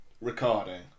recording